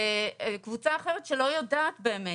וקבוצה אחרת שלא יודעת באמת,